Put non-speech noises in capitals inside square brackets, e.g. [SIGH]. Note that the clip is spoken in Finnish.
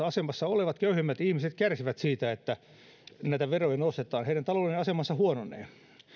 [UNINTELLIGIBLE] asemassa olevat köyhemmät ihmiset kärsivät siitä että näitä veroja nostetaan heidän taloudellinen asemansa huononee